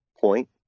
point